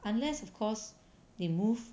unless of course they move